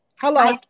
Hello